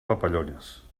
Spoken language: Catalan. papallones